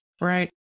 Right